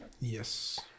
yes